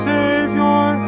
Savior